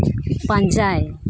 ᱯᱟᱸᱡᱟᱭ